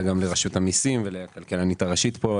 גם לרשות המיסים ולכלכלנית הראשית פה,